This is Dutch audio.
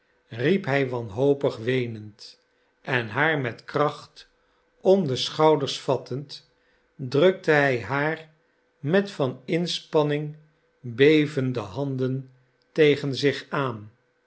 riep hij wanhopig weenend en haar met kracht om de schouders vattend drukte hij haar met van inspanning bevende handen tegen zich aan